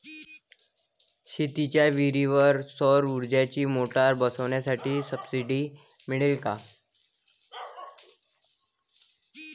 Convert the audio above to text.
शेतीच्या विहीरीवर सौर ऊर्जेची मोटार बसवासाठी सबसीडी मिळन का?